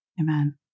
amen